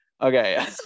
okay